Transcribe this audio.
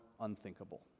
unthinkable